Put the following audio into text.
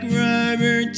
rubber